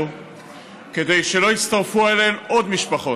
כדי שלא יצטרפו אליהן עוד משפחות.